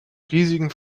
riesigen